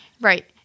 right